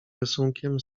rysunkiem